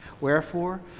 Wherefore